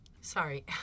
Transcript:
Sorry